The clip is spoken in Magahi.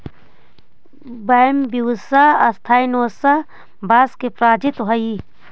बैम्ब्यूसा स्पायनोसा बाँस के प्रजाति हइ